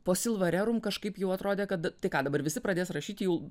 po silva rerum kažkaip jau atrodė kad tai ką dabar visi pradės rašyti jau